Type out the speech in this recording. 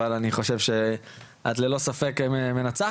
אבל אני חושב שאת ללא ספק מנצחת,